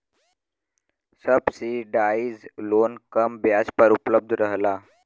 subsidise loan कम ब्याज पर उपलब्ध रहला